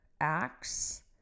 acts